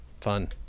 fun